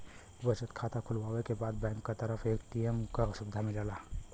बचत खाता खुलवावे के बाद बैंक क तरफ से ए.टी.एम क सुविधा मिलला